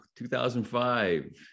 2005